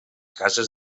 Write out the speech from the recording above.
cases